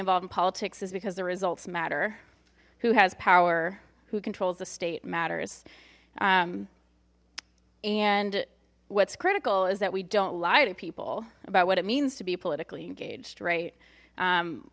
involved in politics is because the results matter who has power who controls the state matters and what's critical is that we don't lie to people about what it means to be politically engaged right